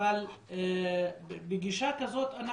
אבל גישה כזאת,